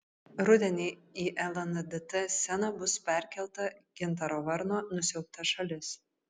rudenį į lndt sceną bus perkelta gintaro varno nusiaubta šalis